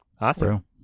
Awesome